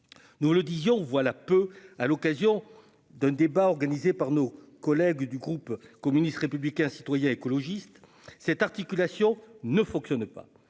Nous le disions voilà peu, à l'occasion d'un débat organisé par nos collègues du groupe communiste républicain citoyen et écologiste : cette articulation ne fonctionne pas.